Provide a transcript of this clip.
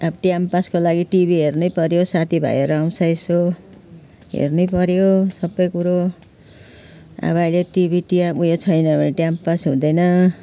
अब टाइम पासको लागि टिभी हेर्नै पर्यो सथी भाइहरू आउँछ यसो हेर्नै पर्यो सबै कुरो अब अहिले टिभी त्यहाँ उयो छैन भने टाइम पास हुँदैन